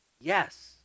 Yes